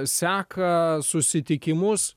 seką susitikimus